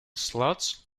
slots